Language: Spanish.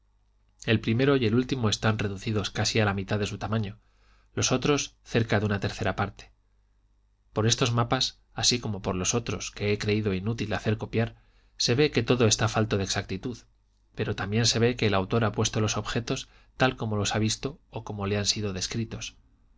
el primero y el último están reducidos casi a la mitad de su tamaño los otros cerca de una tercera parte por estos mapas así como por los otros que he creído inútil hacer copiar se ve que todo está falto de exactitud pero también se ve que el autor ha puesto los objetos tal como los ha visto o como le han sido descritos